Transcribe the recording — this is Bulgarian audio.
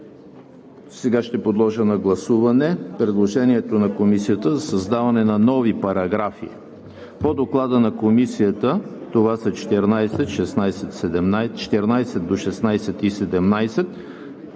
Ще подложа на гласуване предложението на Комисията за създаване на нови параграфи по Доклада на Комисията – това са 14 до 16 и 17,